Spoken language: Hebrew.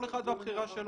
כל אחד והבחירה שלו.